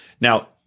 Now